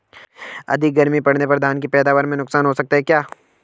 अधिक गर्मी पड़ने पर धान की पैदावार में नुकसान हो सकता है क्या?